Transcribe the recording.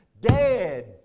dead